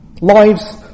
Lives